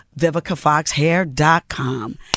Vivicafoxhair.com